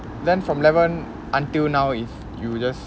then from eleven until now is you just